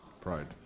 pride